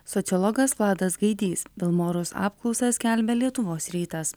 sociologas vladas gaidys vilmorus apklausą skelbia lietuvos rytas